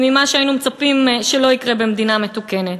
מה שהיינו מצפים שלא יקרה במדינה מתוקנת.